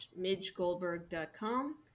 midgegoldberg.com